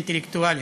אינטלקטואלים.